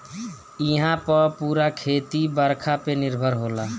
इहां पअ पूरा खेती बरखा पे निर्भर होला